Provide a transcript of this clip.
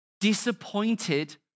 disappointed